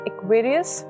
Aquarius